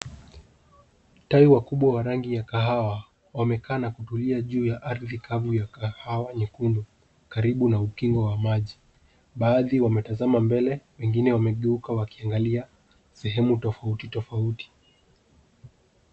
Tai wakubwa wa rangi ya kahawa, wamekaa na kutulia juu ya ardhi kavu ya kahawa nyekundu karibu na ukingo wa maji. Baadhi wametazama mbele wengine wamegeuka wakiangalia sehemu tofauti tofauti.